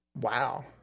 Wow